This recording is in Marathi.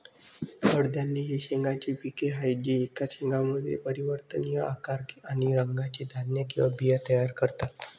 कडधान्ये ही शेंगांची पिके आहेत जी एकाच शेंगामध्ये परिवर्तनीय आकार आणि रंगाचे धान्य किंवा बिया तयार करतात